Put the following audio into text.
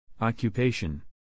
Occupation